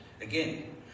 again